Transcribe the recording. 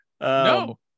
No